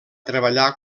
treballar